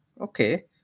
Okay